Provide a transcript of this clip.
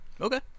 Okay